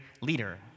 leader